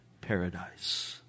paradise